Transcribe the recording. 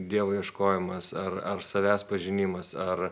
dievo ieškojimas ar ar savęs pažinimas ar